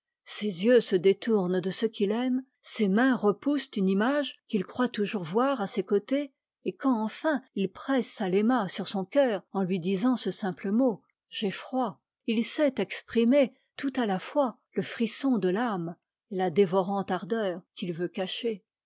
ses yeux se détournent de ce qu'il aime ses mains repoussent une image qu'il croit toujours s voir à ses cotés et quand enfin il presse satéma sur son cœur en lui disant ce simple mot j'ai froid il sait exprimer tout à la fois le frisson de âme et la dévorante ardeur qu'il veut cacher